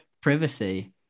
privacy